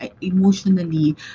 emotionally